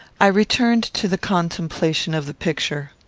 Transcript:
i returned to the contemplation of the picture.